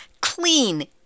clean